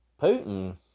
Putin